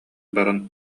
баран